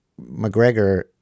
McGregor